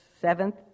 seventh